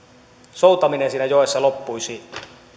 soutaminen siinä joessa loppuisi